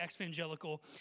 evangelical